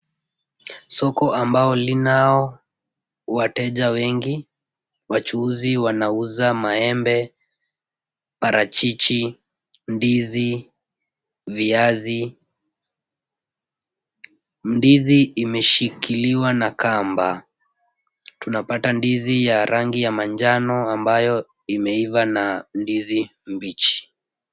Soko ambao linao wateja wengi. Wachuuzi wanauza maembe, parachichi, ndizi, viazi. Ndizi imeshikiliwa na kamba. Tunapata ndizi ya rangi ya manjano ambayo imeiva na ndizi mbichi.